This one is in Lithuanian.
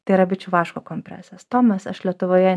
tai yra bičių vaško kompresas tomas aš lietuvoje